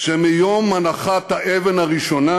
שמיום הנחת האבן הראשונה